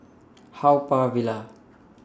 Haw Par Villa